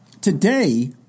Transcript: today